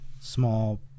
small